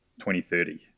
2030